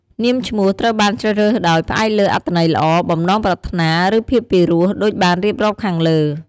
នាមឈ្នោះត្រូវបានជ្រើសរើសដោយ ផ្អែកលើអត្ថន័យល្អ បំណងប្រាថ្នា ឬ ភាពពីរោះ ដូចបានរៀបរាប់ខាងលើ។